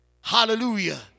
Hallelujah